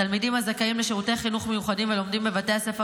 תלמידים הזכאים לשירותי חינוך מיוחדים הלומדים בבתי הספר